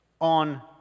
On